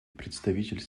представитель